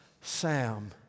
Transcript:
Sam